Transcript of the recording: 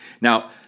Now